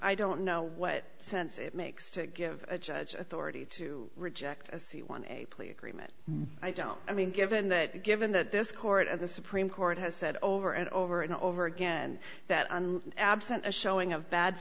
i don't know what sense it makes to give authority to reject a c one a plea agreement i don't i mean given that given that this court at the supreme court has said over and over and over again that absent a showing of bad